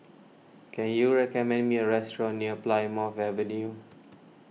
can you recommend me a restaurant near Plymouth Avenue